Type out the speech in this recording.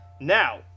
Now